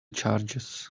charges